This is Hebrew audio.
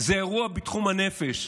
זה אירוע בתחום הנפש.